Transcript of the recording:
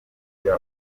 ujya